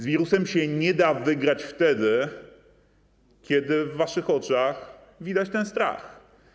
Z wirusem się nie da wygrać wtedy, kiedy w waszych oczach widać ten strach.